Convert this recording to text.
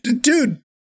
dude